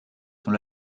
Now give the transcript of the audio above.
sont